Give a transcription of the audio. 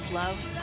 love